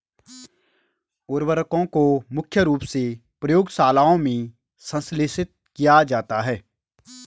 उर्वरकों को मुख्य रूप से प्रयोगशालाओं में संश्लेषित किया जाता है